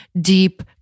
deep